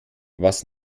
was